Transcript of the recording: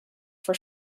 for